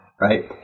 right